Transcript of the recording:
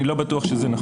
אני לא בטוח שזה נכון.